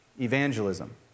evangelism